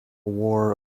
war